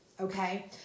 okay